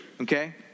okay